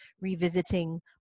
revisiting